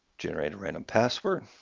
generate a random password.